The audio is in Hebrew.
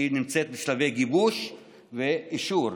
שנמצאת בשלבי גיבוש ואישור,